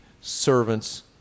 servants